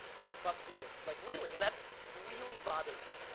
like fuck you, like really and that really bothered me.